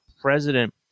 president